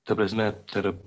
ta prasme tarp